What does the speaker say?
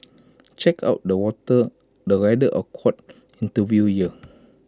check out the water the rather awkward interview here